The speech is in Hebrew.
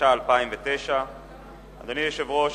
התש"ע 2009. אדוני היושב-ראש,